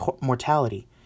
mortality